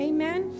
Amen